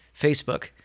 Facebook